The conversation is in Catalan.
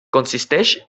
consisteix